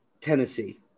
Tennessee